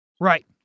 Right